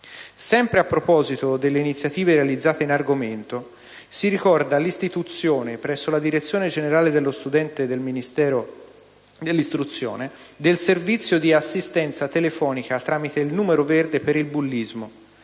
Sempre a proposito delle iniziative realizzate in argomento, si ricorda l'istituzione, presso la direzione generale dello studente del Ministero dell'istruzione, del servizio di assistenza telefonica tramite il numero verde per il bullismo,